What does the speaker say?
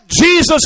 Jesus